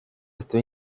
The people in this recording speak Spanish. esto